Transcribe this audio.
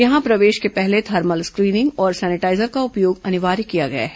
यहां प्रवेश के पहले थर्मल स्क्रीनिंग और सैनिटाईजर का उपयोग अनिवार्य किया गया है